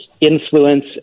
influence